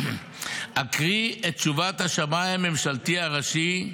אקריא את תשובת השמאי הממשלתי הראשי,